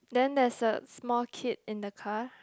then there's a small kid in the car